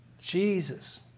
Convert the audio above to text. Jesus